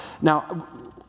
Now